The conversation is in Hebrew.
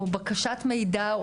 או בקשת מידע,